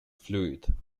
fluid